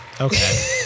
okay